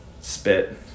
spit